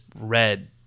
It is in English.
red